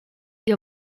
your